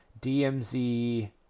DMZ